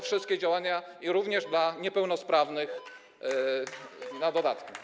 wszystkie działania, również dla niepełnosprawnych na dodatki.